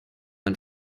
ein